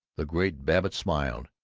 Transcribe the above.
the great babbitt smiled.